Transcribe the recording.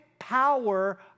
power